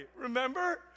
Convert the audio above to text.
remember